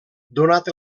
donat